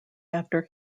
after